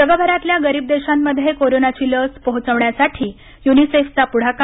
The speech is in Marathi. जगभरातल्या गरीब देशांमध्ये कोरोनाची लस पोहोचंण्यासाठी यूनीसेफचा पुढाकार